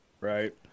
right